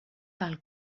parle